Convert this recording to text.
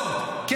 שוכנעתי.